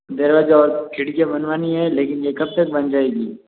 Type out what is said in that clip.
दरवाजा और खिड़कियाँ बनवानी है लेकिन यह कब तक बन जाएगी